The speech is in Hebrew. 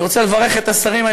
אני רוצה לברך את השרים.